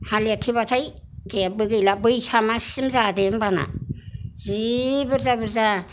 हा लेरथेबाथाय जेबो गैला बैसाग माससिम जादो ओमबाना जि बुरजा बुरजा